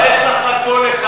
שיש לך רק קול אחד